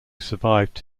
survived